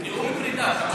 נאום פרידה, תמשיך.